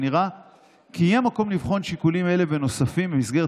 ונראה כי יהיה מקום לבחון שיקולים אלה ונוספים במסגרת